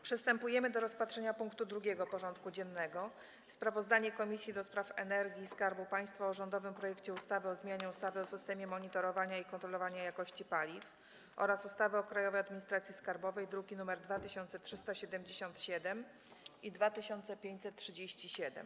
Przystępujemy do rozpatrzenia punktu 2. porządku dziennego: Sprawozdanie Komisji do Spraw Energii i Skarbu Państwa o rządowym projekcie ustawy o zmianie ustawy o systemie monitorowania i kontrolowania jakości paliw oraz ustawy o Krajowej Administracji Skarbowej (druki nr 2377 i 2537)